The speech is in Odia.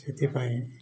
ସେଥିପାଇଁ